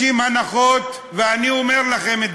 אדוני היושב-ראש,